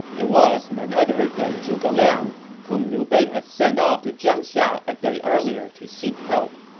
it was none other than zhuge liang, whom liu bei had sent off to jiangxia a day earlier to seek help.